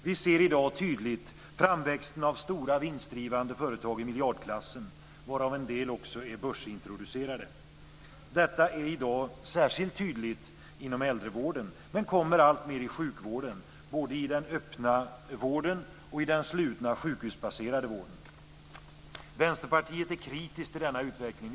Vi ser i dag tydligt framväxten av stora vinstdrivande företag i miljardklassen, varav en del också är börsintroducerade. Detta är i dag särskilt tydligt inom äldrevården, men kommer alltmer i sjukvården - både i den öppna vården och i den slutna sjukhusbaserade vården. Vänsterpartiet är kritiskt till denna utveckling.